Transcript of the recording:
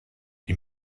die